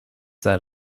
that